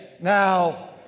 Now